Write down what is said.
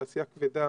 התעשייה הכבדה